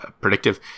predictive